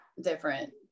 different